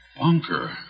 Bunker